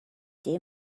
they